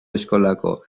eskolako